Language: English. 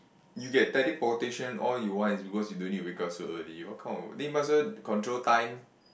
you get teleportation all you want is because you don't need to wake up so early what kind of then you might as well control time